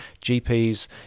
GPs